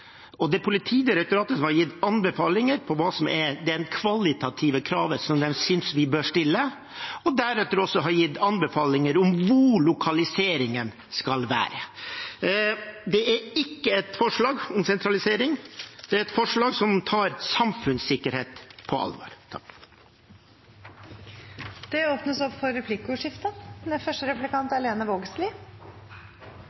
og det er Politidirektoratet som har gitt anbefalinger om hva som er det kvalitative kravet de synes vi bør stille, og deretter også gitt anbefalinger om hvor lokaliseringen skal være. Det er ikke et forslag om sentralisering, det er et forslag som tar samfunnssikkerhet på alvor. Det blir replikkordskifte. Spørsmålet mitt er eigentleg ganske kort. Eg lurar på kva som står i vegen for